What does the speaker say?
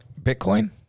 Bitcoin